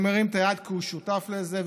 הוא מרים את היד כי הוא שותף לזה,